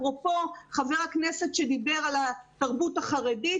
אפרופו חבר הכנסת שדיבר על התרבות החרדית,